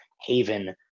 haven